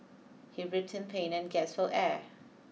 he writhed in pain and gasped for air